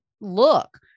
look